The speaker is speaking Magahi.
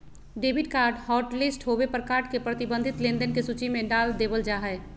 डेबिट कार्ड हॉटलिस्ट होबे पर कार्ड के प्रतिबंधित लेनदेन के सूची में डाल देबल जा हय